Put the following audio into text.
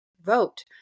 vote